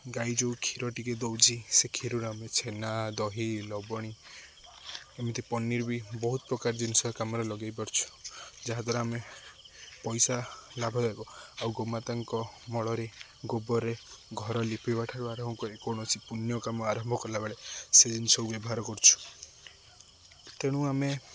ଗାଈ ଯେଉଁ କ୍ଷୀର ଟିକିଏ ଦେଉଛି ସେ କ୍ଷୀରରୁ ଆମେ ଛେନା ଦହି ଲବଣୀ ଏମିତି ପନିର ବି ବହୁତ ପ୍ରକାର ଜିନିଷ କାମରେ ଲଗାଇ ପାରୁଛୁ ଯାହା ଦ୍ୱାରା ଆମେ ପଇସା ଲାଭ ହେବ ଆଉ ଗୋମାତାଙ୍କ ମଳରେ ଗୋବରରେ ଘର ଲିପିବାଠାରୁ ଆରମ୍ଭ କରି କୌଣସି ପୂଣ୍ୟ କାମ ଆରମ୍ଭ କଲାବେଳେ ସେ ଜିନିଷକୁ ବ୍ୟବହାର କରୁଛୁ ତେଣୁ ଆମେ